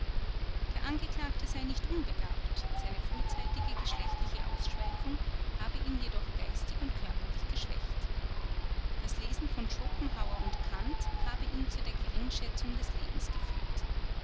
der angeklagte sei nicht unbegabt seine frühzeitige geschlechtliche ausschweifung habe ihn jedoch geistig und körperlich geschwächt das lesen von schopenhauer und kant habe ihn zu der geringschätzung des lebens geführt